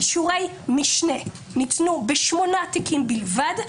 אישורי משנה ניתנו בשמונה תיקים בלבד,